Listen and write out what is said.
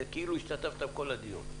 זה כאילו השתתפת כל הדיון.